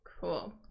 cool